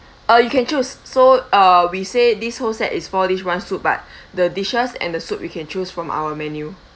uh you can choose so uh we say this whole set is for this one soup but the dishes and the soup you can choose from our menu